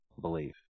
believe